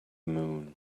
moon